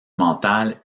mentale